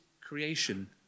creation